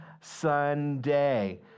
Sunday